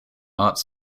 arts